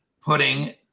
putting